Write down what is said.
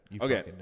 Okay